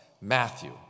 Matthew